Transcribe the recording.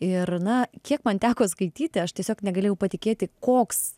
ir na kiek man teko skaityti aš tiesiog negalėjau patikėti koks